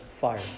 fire